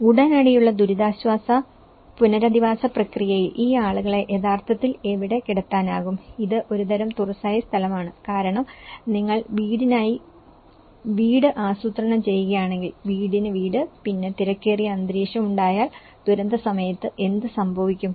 ഉടനടിയുള്ള ദുരിതാശ്വാസ പുനരധിവാസ പ്രക്രിയയിൽ ഈ ആളുകളെ യഥാർത്ഥത്തിൽ എവിടെ കിടത്താനാകും ഇത് ഒരുതരം തുറസ്സായ സ്ഥലമാണ് കാരണം നിങ്ങൾ വീടിനായി വീട് ആസൂത്രണം ചെയ്യുകയാണെങ്കിൽ വീടിന് വീട് പിന്നെ തിരക്കേറിയ അന്തരീക്ഷം ഉണ്ടാക്കിയാൽ ദുരന്തസമയത്ത് എന്ത് സംഭവിക്കും